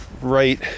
right